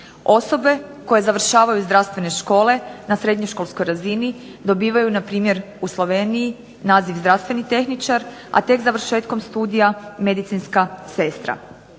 Osobe koje završavaju zdravstvene škole na srednjoškolskoj razini dobivaju npr. u Sloveniji naziv zdravstveni tehničar, a tek završetkom studija medicinska sestra.